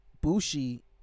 Bushi